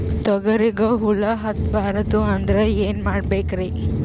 ತೊಗರಿಗ ಹುಳ ಹತ್ತಬಾರದು ಅಂದ್ರ ಏನ್ ಮಾಡಬೇಕ್ರಿ?